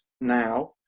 now